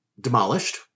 demolished